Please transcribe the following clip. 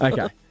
Okay